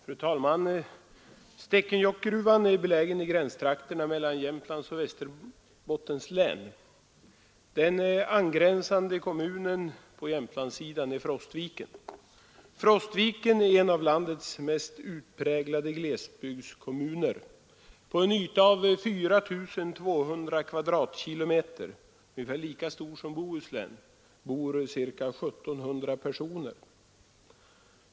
Fru talman! Stekenjokkgruvan är belägen i gränstrakterna mellan Jämtlands och Västerbottens län. Den angränsande kommunen på Jämtlandssidan är Frostviken. Frostviken är en av landets mest utpräglade glesbygdskommuner. På en yta av 4 200 kvadratkilometer, ungefär lika stor som Bohuslän, bor ungefär 1700 personer.